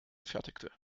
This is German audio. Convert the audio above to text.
fertigte